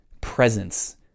presence